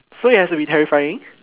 so it has to be terrifying